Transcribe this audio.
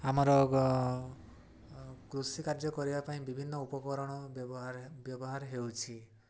ଆମର କୃଷି କାର୍ଯ୍ୟ କରିବା ପାଇଁ ବିଭିନ୍ନ ଉପକରଣ ବ୍ୟବହାର ବ୍ୟବହାର ହେଉଛି